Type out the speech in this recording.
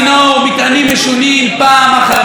מטענים משונים פעם אחר פעם,